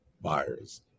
buyers